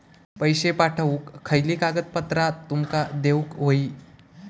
पैशे पाठवुक खयली कागदपत्रा तुमका देऊक व्हयी?